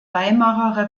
weimarer